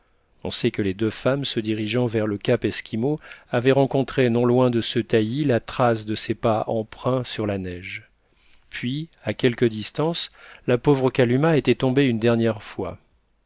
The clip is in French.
on sait que les deux femmes se dirigeant vers le cap esquimau avaient rencontré non loin de ce taillis la trace de ses pas empreints sur la neige puis à quelque distance la pauvre kalumah était tombée une dernière fois